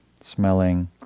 smelling